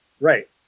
right